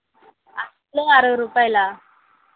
kilo అరవై రూపాయల